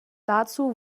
dazu